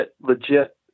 legit